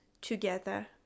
together